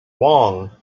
wong